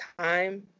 time